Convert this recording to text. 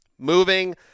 Moving